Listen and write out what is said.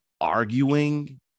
arguing